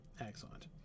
Excellent